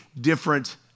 different